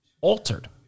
altered